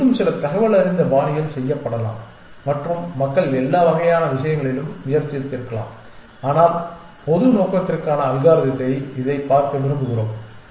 இது இன்னும் சில தகவலறிந்த பாணியில் செய்யப்படலாம் மற்றும் மக்கள் எல்லா வகையான விஷயங்களிலும் முயற்சித்திருக்கலாம் ஆனால் பொது நோக்கத்திற்கான அல்காரிதத்தை இதைப் பார்க்க விரும்புகிறோம்